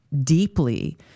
deeply